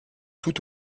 tout